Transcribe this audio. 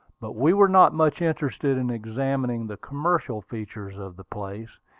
but we were not much interested in examining the commercial features of the place,